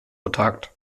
vertagt